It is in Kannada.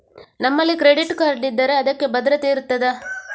ನಮ್ಮಲ್ಲಿ ಕ್ರೆಡಿಟ್ ಕಾರ್ಡ್ ಇದ್ದರೆ ಅದಕ್ಕೆ ಭದ್ರತೆ ಇರುತ್ತದಾ?